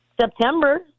September